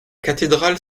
cathédrale